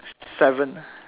seven